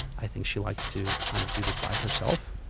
i think she likes to kind of do this by herself.